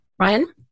Ryan